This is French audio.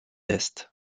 est